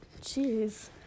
Jeez